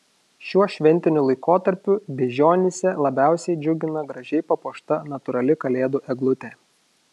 šiuo šventiniu laikotarpiu beižionyse labiausiai džiugina gražiai papuošta natūrali kalėdų eglutė